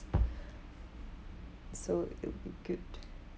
so it'll be good